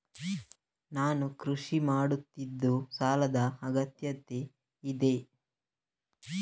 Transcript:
ನಾನು ಕೃಷಿ ಮಾಡುತ್ತಿದ್ದು ಸಾಲದ ಅಗತ್ಯತೆ ಇದೆ?